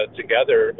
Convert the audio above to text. together